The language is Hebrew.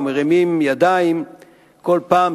ומרימים ידיים כל פעם,